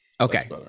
Okay